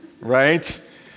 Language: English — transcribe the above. right